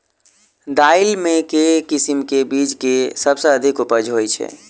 दालि मे केँ किसिम केँ बीज केँ सबसँ अधिक उपज होए छै?